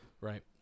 Right